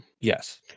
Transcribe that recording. Yes